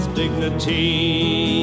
dignity